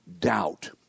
doubt